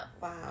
Wow